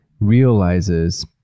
realizes